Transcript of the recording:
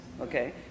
okay